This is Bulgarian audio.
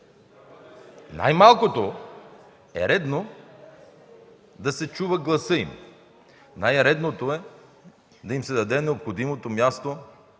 Най-малкото е редно да се чува гласът им. Най-редното е да им се даде необходимото място